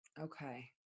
Okay